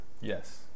Yes